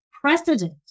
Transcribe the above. precedent